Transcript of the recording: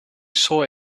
saw